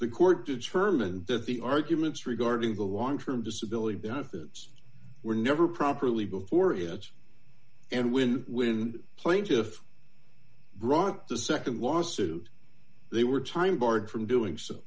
the court determined that the arguments regarding the long term disability benefits were never properly before it and when when plaintiff brought the nd lawsuit they were time barred from doing so